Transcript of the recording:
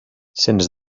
sens